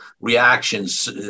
reactions